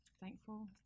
thankful